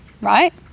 right